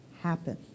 happen